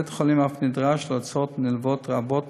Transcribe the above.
בית-החולים אף נדרש להוצאות נלוות רבות